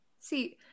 see